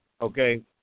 Okay